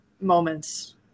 moments